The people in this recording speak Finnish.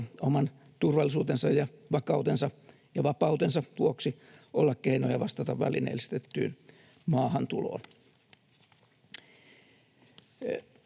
oman turvallisuutensa ja vakautensa ja vapautensa vuoksi olla keinoja vastata välineellistettyyn maahantuloon.